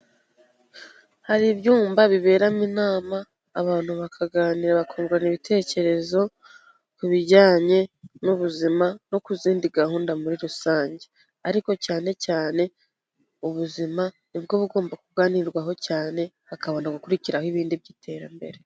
Hari ibyumba biberamo inama abantu bakaganira bakungurana ibitekerezo ku bijyanye n'ubuzima no ku zindi gahunda muri rusange, ariko cyane cyane ubuzima ni bwo bugomba kuganirwaho cyane, hakabona gukurikiraho ibindi by'iterambere.